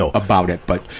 so about it. but,